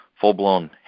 full-blown